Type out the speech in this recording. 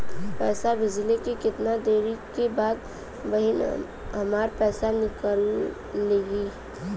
पैसा भेजले के कितना देरी के बाद बहिन हमार पैसा निकाल लिहे?